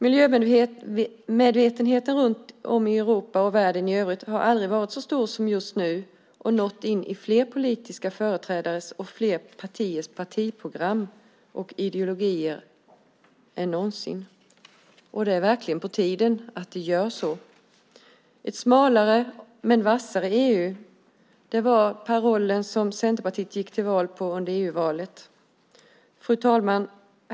Miljömedvetenheten runt om i Europa och världen i övrigt har aldrig någonsin varit så stor som just nu eller nått in i fler politiska företrädares och partiers partiprogram och ideologier. Det är verkligen på tiden. "Ett smalare men vassare EU" var parollen som Centerpartiet gick till val på inför EU-valet. Fru talman!